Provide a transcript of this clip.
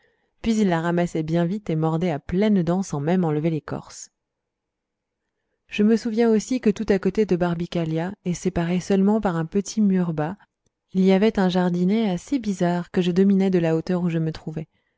puis il la ramassait bien vite et mordait à pleines dents sans même enlever l'écorce je me souviens aussi que tout à côté de barbicaglia et séparé seulement par un petit mur bas il y avait un jardinet assez bizarre que je dominais de la hauteur où je me trouvais